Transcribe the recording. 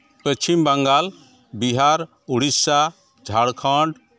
Paschim Bangal Bihar Odisha Jharkhand